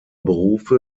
berufe